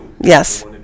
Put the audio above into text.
Yes